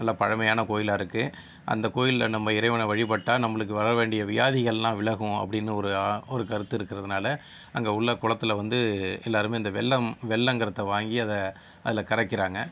நல்ல பழமையான கோவிலா இருக்குது அந்தக் கோவில்ல நம்ம இறைவனை வழிபட்டால் நம்மளுக்கு வரவேண்டிய வியாதிகள்லாம் விலகும் அப்படின்னு ஒரு ஒரு கருத்து இருக்கிறதுனால அங்கே உள்ள குளத்துல வந்து எல்லோருமே இந்த வெல்லம் வெல்லங்கிறத வாங்கி அதை அதில் கரைக்கிறாங்க